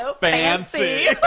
fancy